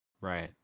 Right